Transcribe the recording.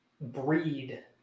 breed